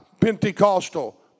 Pentecostal